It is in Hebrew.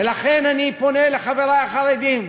ולכן אני פונה לחברי החרדים: